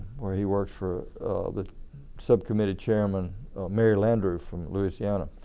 where he worked for the subcommittee chairman mary landrieu from louisiana.